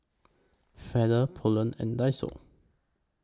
Feather Poulet and Daiso